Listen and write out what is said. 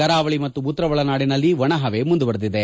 ಕರಾವಳಿ ಮತ್ತು ಉತ್ತರ ಒಳನಾಡಿನಲ್ಲಿ ಒಣಹವೆ ಮುಂದುವರೆದಿದೆ